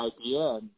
idea